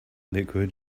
liquid